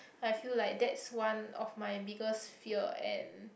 I feel like that's one of my biggest fear and